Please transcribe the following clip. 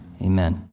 Amen